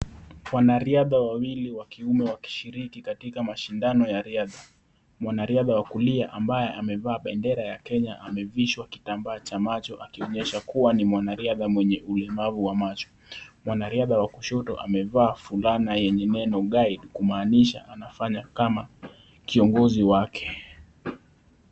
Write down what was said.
Wanariadha wawili wakiume wanashiriki katika mashindano ya riadha .Mwanariadha wa kulia ambaye amevaa bendera ya Kenya amevishwa kitambaa cha majo akionyesha kuwa ni mwanariadha mwenye ulemavu wa macho. Mwanariadha wa kushoto amevaa fulana yenye neno kumaanisha anafanya kama kiongozi wake.